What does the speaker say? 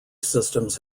systems